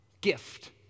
gift